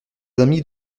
amis